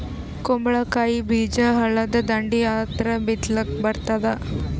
ಕುಂಬಳಕಾಯಿ ಬೀಜ ಹಳ್ಳದ ದಂಡಿ ಹತ್ರಾ ಬಿತ್ಲಿಕ ಬರತಾದ?